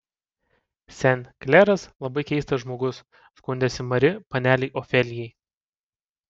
sen kleras labai keistas žmogus skundėsi mari panelei ofelijai